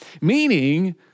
meaning